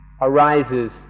arises